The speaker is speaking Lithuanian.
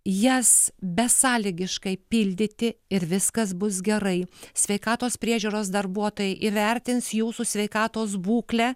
jas besąlygiškai pildyti ir viskas bus gerai sveikatos priežiūros darbuotojai įvertins jūsų sveikatos būklę